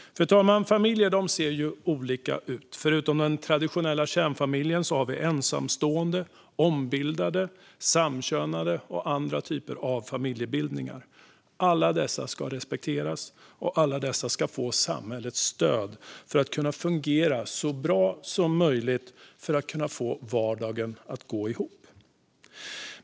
Fru talman! Familjer ser olika ut. Förutom den traditionella kärnfamiljen finns det ensamstående, ombildade, samkönade och andra typer av familjebildningar. Alla dessa ska respekteras, och alla ska få samhällets stöd för att kunna fungera så bra som möjligt och för att få vardagen att gå ihop.